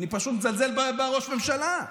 אני פשוט מזלזל בראש הממשלה,